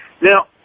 Now